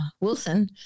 Wilson